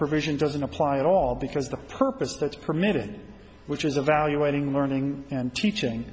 provision doesn't apply at all because the purpose that's permitted which is evaluating learning and teaching